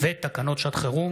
ואיתור נעדר או שבוי,